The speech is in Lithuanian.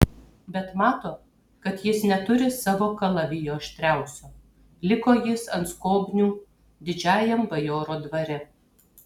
bet mato kad jis neturi savo kalavijo aštriausio liko jis ant skobnių didžiajam bajoro dvare